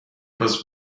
was